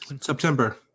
September